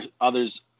others